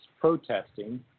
protesting